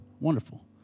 Wonderful